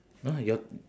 uh your